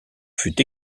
fut